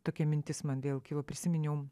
tokia mintis man vėl kilo prisiminiau